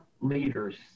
leaders